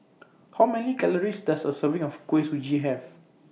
How Many Calories Does A Serving of Kuih Suji Have